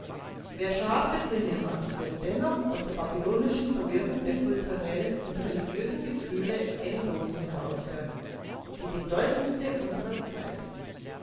wer scharfe sinne hat wird dennoch aus der babylonischen verwirrung der kulturellen und religiösen gefühle eine losung heraushören die bedeutendste unserer zeit